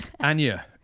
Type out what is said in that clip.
Anya